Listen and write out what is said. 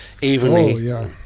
evenly